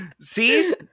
See